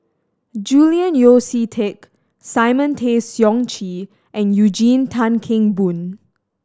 Julian Yeo See Teck Simon Tay Seong Chee and Eugene Tan Kheng Boon